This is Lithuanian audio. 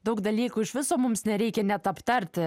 daug dalykų iš viso mums nereikia net aptarti